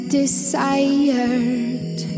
desired